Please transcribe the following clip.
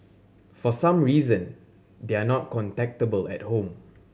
for some reason they are not contactable at home